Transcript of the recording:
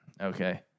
okay